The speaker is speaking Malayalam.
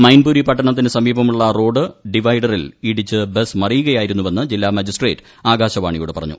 മൈൻപൂരി പട്ടണത്തിനു സമീപമുള്ള റോഡ് ഡിവൈഡറിൽ ഇടിച്ച് മറിയുകയായിരുന്നുവെന്ന് ജില്ലാ മജിസ്ട്രേറ്റ് ബസ് ആകാശവാണിയോട് പറഞ്ഞു